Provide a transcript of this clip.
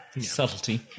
Subtlety